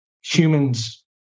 humans